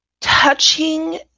touching